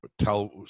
Tell